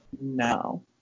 No